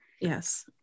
Yes